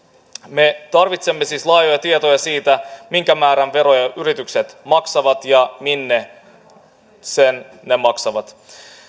me tarvitsemme siis laajoja tietoja siitä minkä määrän veroja yritykset maksavat ja minne ne maksavat